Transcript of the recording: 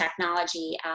technology